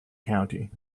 county